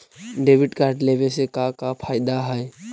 Debit card लेवे से का का फायदा है?